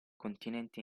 continente